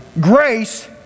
grace